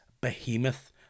behemoth